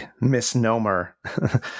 misnomer